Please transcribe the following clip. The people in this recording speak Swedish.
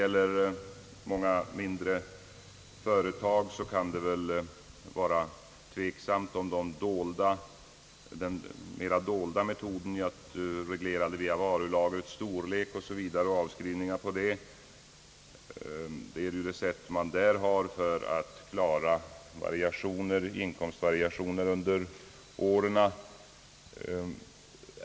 I många mindre företag, där man använder sig av den mera dolda metoden att reglera via varulagrets storlek och avskrivningar på detta, kan man sätta i fråga om denna metod är tillräcklig. Det är det sätt man använder sig av för att klara inkomstvariationer under åren.